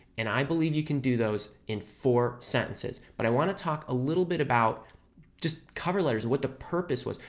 and i believe you can do those in four sentences, but i want to talk a little bit about just cover letters and what the purpose was.